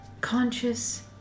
Conscious